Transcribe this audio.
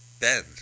Ben